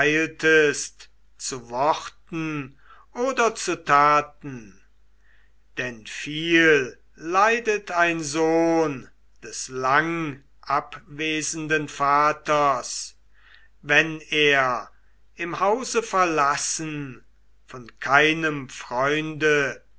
zu worten oder zu taten denn viel leidet ein sohn des langabwesenden vaters wenn er im hause verlassen von keinem freunde